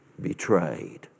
betrayed